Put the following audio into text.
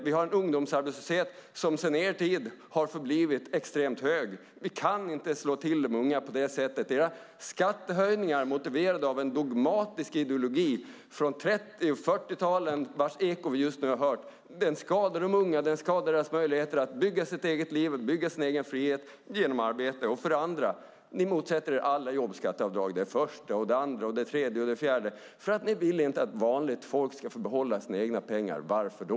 Vi har en ungdomsarbetslöshet som sedan er tid har förblivit extremt hög. Vi kan inte slå till de unga på det sättet. Det är skattehöjningar motiverade av en dogmatisk ideologi från 30 och 40-talet vars eko vi just nu har hört. De skadar de unga och deras möjligheter att bygga sitt eget liv och bygga sin egen frihet genom arbete. Ni motsätter er alla jobbskatteavdrag - det första, det andra, det tredje och det fjärde - för ni vill inte att vanligt folk ska få behålla sina egna pengar. Varför då?